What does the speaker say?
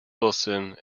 wilson